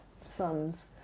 sons